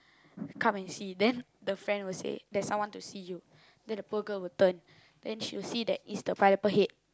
come and see then the friend will say there's someone to see you then the poor girl will turn then she'll see that is the Pineapple Head